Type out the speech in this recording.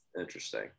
interesting